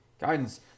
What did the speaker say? guidance